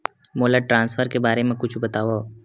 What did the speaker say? मोला ट्रान्सफर के बारे मा कुछु बतावव?